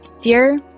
Dear